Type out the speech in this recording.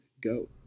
go